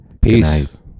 peace